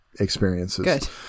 experiences